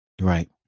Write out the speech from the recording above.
Right